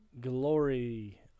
Glory